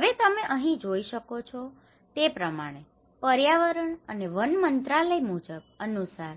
હવે તમે અહીં જોઈ શકો છો તે પ્રમાણે પર્યાવરણ અને વન મંત્રાલય અનુસાર